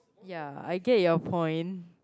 yeah I get your point